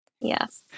Yes